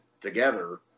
together